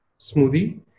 smoothie